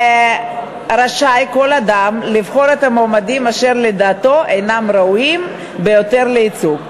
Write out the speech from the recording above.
רשאי כל אדם לבחור את המועמדים אשר לדעתו ראויים ביותר לייצוג.